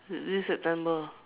this September